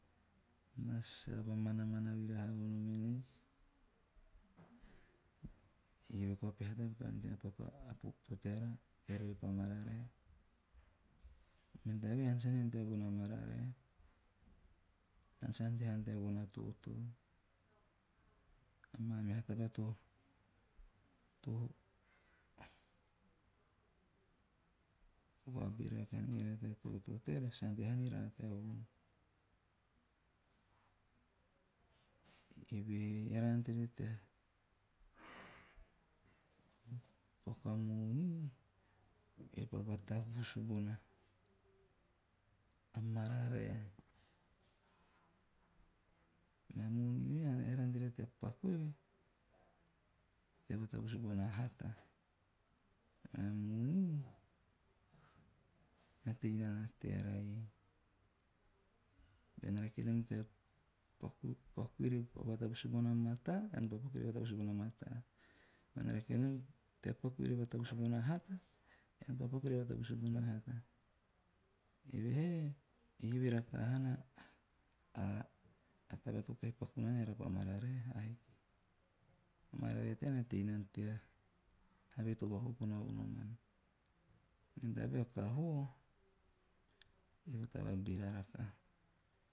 Naa sa vamana mana vira haavonom enei eove koa peha tabba to ante nana tea paku bona popo teara eara pa mararae men'i tabae ean sa ante haa nom tea von a mararae. Ean sa ante haa nom tea von a totoo, mea maa meha tea totoo teara sa ante haa niraara tea von. Eve he eara na ante rara tea paku a moni repa vatavus bona mararae. Mea moni eara na ante raara tea paku eve repa vatavus bona hata. Mea moni, na tei nana teara iei. Bean rake nom tea paku - re vatavus bona mataa. Bean rake nom tea paku ore vatavus bona hata ean pa paku repa vatavus bonahata. Eve he eve rakaha haana taba to kahi paki nana eara pa mararae a hiki. A mararae tean na tei nana tea have to vakokona vonom an, men'tabae a kaho, eve a taba beera rakaha.